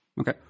Okay